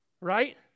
right